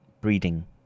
breeding